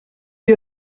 you